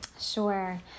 Sure